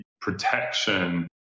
protection